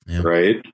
Right